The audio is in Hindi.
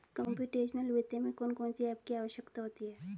कंप्युटेशनल वित्त में कौन कौन सी एप की आवश्यकता होती है